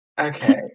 okay